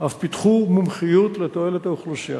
אף פיתחו מומחיות לתועלת האוכלוסייה.